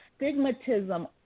stigmatism